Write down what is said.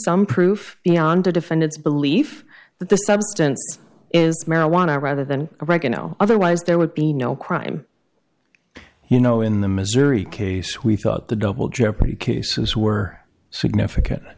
some proof beyond a defendant's belief that the substance is marijuana rather than oregano otherwise there would be no crime you know in the missouri case we thought the double jeopardy cases were significant